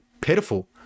pitiful